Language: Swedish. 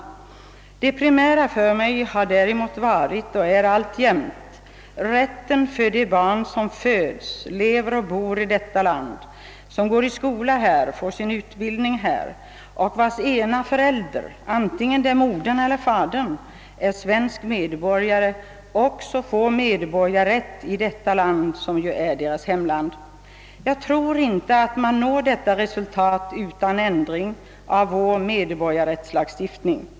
Nej, det primära för mig har varit och är alltjämt att de barn, som föds, lever och bor i detta land, som går i skola här, som får sin fortsatta utbildning här och vilkas ena förälder — vare sig det är modern eller fadern — är svensk medborgare, också får medborgarrätt i detta land, som ju är deras hemland. Jag tror inte att vi når detta resultat utan ändring av vår medborgarrättslagstiftning.